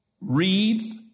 reads